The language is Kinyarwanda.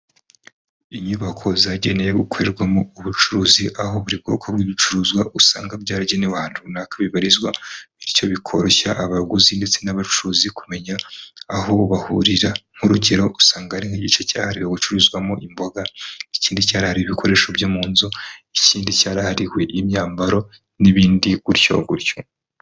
Inyubako zagenewe gukorerwamo ubucuruzi, aho buri bwoko bw'ibicuruzwa usanga byaragenewe ahantu runaka bibarizwa bityo bikorohereza abaguzi ndetse n'abacuruzi kumenya aho bahurira nk'urugero usanga hari nk'igice cyahariwe gucururizwamo imboga, ikindi cyarahariwe ibikoresho byo mu nzu, ikindi cyarahariwe imyambaro n'ibindi gutyo gutyo.